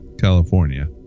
california